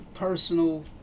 personal